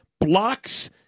blocks